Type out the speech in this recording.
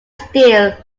steel